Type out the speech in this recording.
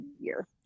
year